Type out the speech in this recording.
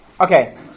Okay